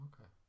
Okay